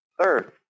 third